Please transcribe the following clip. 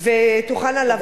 ולעבוד עד גיל מאוחר יותר,